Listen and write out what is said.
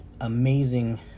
amazing